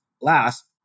last